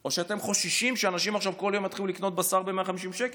או אתם חוששים שאנשים עכשיו כל יום יתחילו לקנות בשר ב-150 שקל,